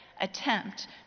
attempt